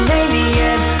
alien